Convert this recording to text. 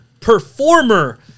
performer